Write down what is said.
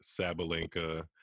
Sabalenka